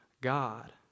God